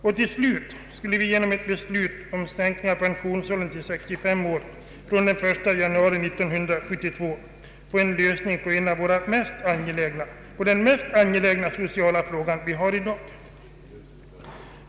Slutligen skulle vi genom ett beslut om sänkning av pensionsåldern till 65 år från den 1 januari 1972 få en lösning på den mest angelägna sociala fråga vi har i dag. Herr talman!